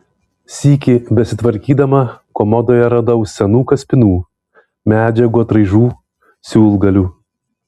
sykį besitvarkydama komodoje radau senų kaspinų medžiagų atraižų siūlgalių